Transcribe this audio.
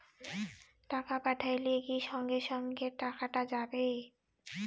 টাকা পাঠাইলে কি সঙ্গে সঙ্গে টাকাটা যাবে?